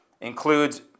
includes